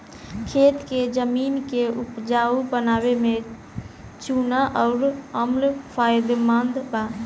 खेत के जमीन के उपजाऊ बनावे में चूना अउर अम्ल फायदेमंद बा